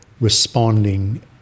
responding